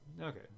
Okay